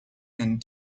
and